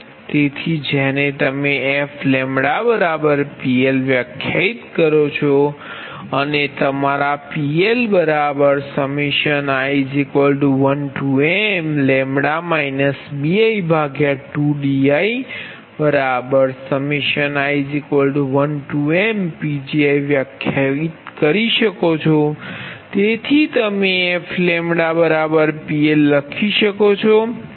તેથી જેને તમે fPL વ્યાખ્યાયિત કરો છો અને તમારા PLi1mλ bi2dii1mPgi વ્યાખ્યાયિત કરી શકો છો તેથી તમે f PL લખી શકો છો